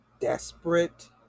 Desperate